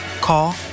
Call